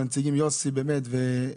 הנציגים יוסי והגב'